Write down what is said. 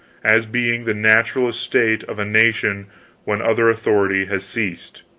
as being the natural estate of a nation when other authority has ceased.